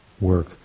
work